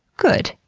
good.